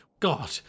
God